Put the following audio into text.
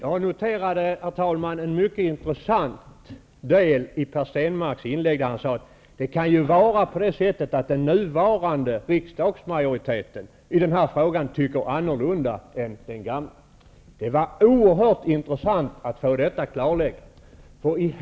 Herr talman! Jag noterade en mycket intressant passus i Per Stenmarcks inlägg. Han sade att det ju kan vara så, att den nuvarande riksdagsmajoriteten tycker annorlunda i den här frågan än vad den gamla majoriteten gjorde. Det var oerhört intressant att få detta klarläggande.